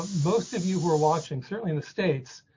ah most of you who are watching, certainly in the states,